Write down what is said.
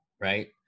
right